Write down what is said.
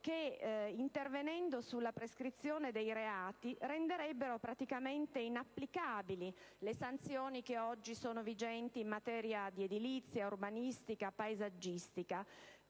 che, intervenendo sulla prescrizione dei reati, renderebbero praticamente inapplicabili le sanzioni oggi vigenti in materia di edilizia, di urbanistica e di paesaggistica,